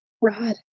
Rod